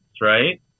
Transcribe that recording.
right